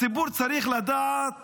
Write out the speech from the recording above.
הציבור צריך לדעת